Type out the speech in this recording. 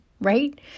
right